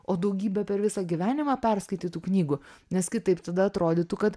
o daugybę per visą gyvenimą perskaitytų knygų nes kitaip tada atrodytų kad